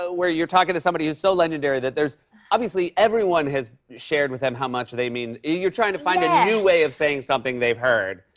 so where you're talking to somebody who's so legendary that there's obviously everyone has shared with them how much they mean yeah. you're trying to find a new way of saying something they've heard.